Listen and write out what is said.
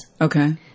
Okay